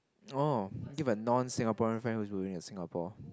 oh give a non Singaporean friend who is going to Singapore